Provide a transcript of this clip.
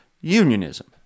unionism